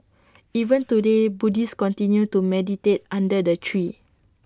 even today Buddhists continue to meditate under the tree